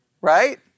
right